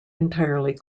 entirely